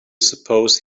suppose